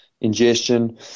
ingestion